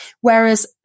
Whereas